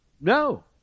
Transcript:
no